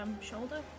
shoulder